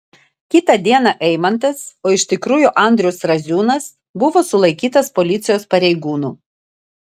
kitą dieną eimantas o iš tikrųjų andrius raziūnas buvo sulaikytas policijos pareigūnų